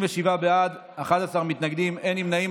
27 בעד, 11 מתנגדים, אין נמנעים.